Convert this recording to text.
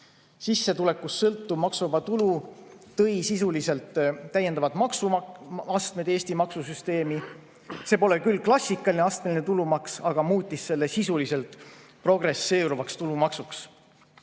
Sissetulekust sõltuv maksuvaba tulu tõi sisuliselt täiendavad maksuastmed Eesti maksusüsteemi. See pole küll klassikaline astmeline tulumaks, aga muutis selle sisuliselt progresseeruvaks tulumaksuks.